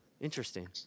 Interesting